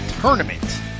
tournament